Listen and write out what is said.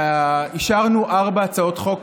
אישרנו ארבע הצעות חוק